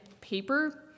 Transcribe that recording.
paper